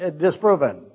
disproven